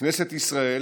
כנסת ישראל